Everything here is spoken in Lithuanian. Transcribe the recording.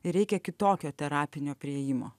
reikia kitokio terapinio priėjimo